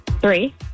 Three